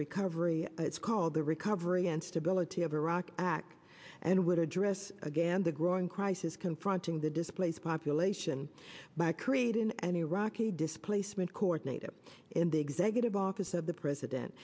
recovery it's called the recovery and stability of iraq act and would address again the growing crisis confronting the displaced population by creating an iraqi displacement coordinator in the executive office of the president